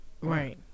Right